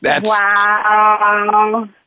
Wow